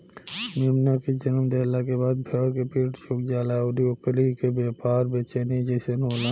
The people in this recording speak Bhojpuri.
मेमना के जनम देहला के बाद भेड़ के पीठ झुक जाला अउरी ओकनी के व्यवहार बेचैनी जइसन होला